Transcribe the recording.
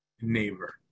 neighbor